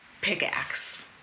pickaxe